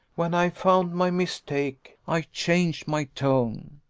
when i found my mistake, i changed my tone.